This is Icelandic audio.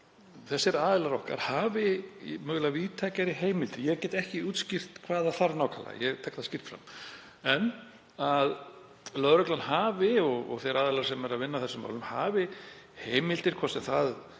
þessir aðilar okkar hafi mögulega víðtækari heimildir. Ég get ekki útskýrt nákvæmlega hvað þarf til, ég tek það skýrt fram, en að lögreglan og þeir aðilar sem vinna að þessum málum hafi heimildir, hvort sem það